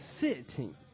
sitting